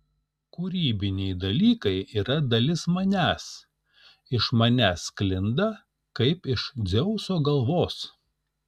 kūrybiniai dalykai yra dalis manęs iš manęs sklinda kaip iš dzeuso galvos